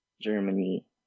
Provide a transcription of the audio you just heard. Germany